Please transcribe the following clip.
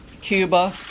Cuba